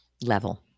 level